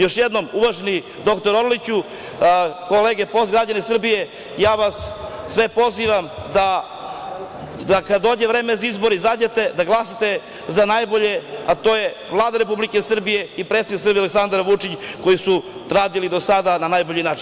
Još jednom, uvaženi dr Orliću, građani Srbije, ja vas sve pozivam da kada dođe vreme za izbore izađete da glasate za najbolje, a to je Vlada Republike Srbije i predsednik Srbije Aleksandar Vučić, koji su radili do sada na najbolji način.